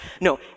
No